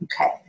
Okay